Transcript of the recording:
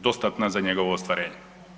dostatna za njegovo ostvarenje.